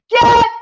get